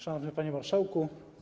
Szanowny Panie Marszałku!